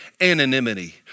anonymity